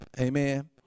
Amen